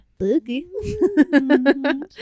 Boogie